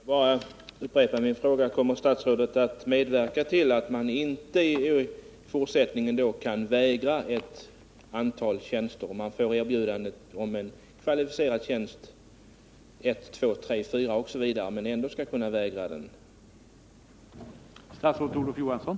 Herr talman! Jag vill bara upprepa min fråga: Kommer statsrådet att 20 november 1979 medverka till att man i fortsättningen inte hur många gånger som helst kan vägra att anta erbjudanden om kvalificerade tjänster?